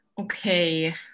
okay